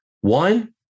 One